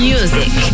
Music